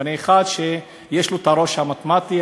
ואני אחד שיש לו ראש מתמטי,